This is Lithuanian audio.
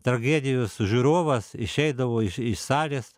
tragedijos žiūrovas išeidavo iš iš salės